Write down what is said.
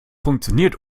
funktioniert